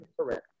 correct